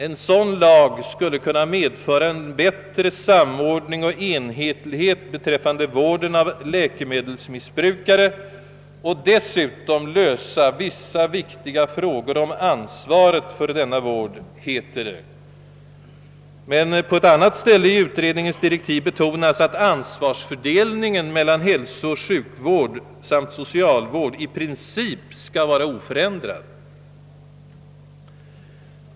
En sådan lag skulle kunna medföra en bättre samordning och enhetlighet beträffande vården av läkemedelsmissbrukare och dessutom lösa vissa viktiga frågor om ansvaret för denna vård, heter det. Men på ett annat ställe i utredningens direktiv betonas det, att ansvarsfördelningen mellan hälsooch sjukvård samt socialvård i princip skall vara oförändrad.